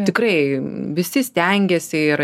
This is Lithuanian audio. tikrai visi stengiasi ir